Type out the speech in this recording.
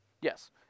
Yes